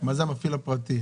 מה זה "במפעיל הפרטי"?